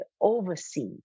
oversee